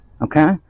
okay